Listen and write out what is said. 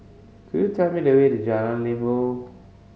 could you tell me the way to Jalan